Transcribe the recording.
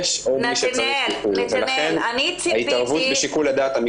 אם ממשלת ישראל תחליט, ברצון.